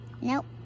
Nope